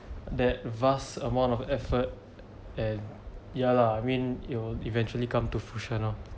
that vast amount of effort and ya lah I mean it'll eventually come to fruition lor